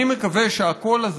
אני מקווה שהקול הזה